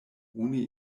oni